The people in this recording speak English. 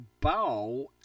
bow